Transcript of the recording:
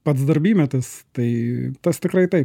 pats darbymetis tai tas tikrai taip